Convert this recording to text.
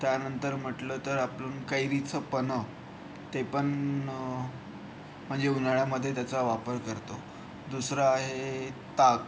त्यानंतर म्हटलं तर आपण कैरीचं पन्हं ते पण म्हणजे उन्हाळ्यामध्ये त्याचा वापर करतो दुसरा आहे ताक